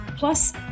Plus